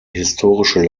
historische